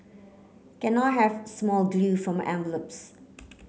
can I have small glue for my envelopes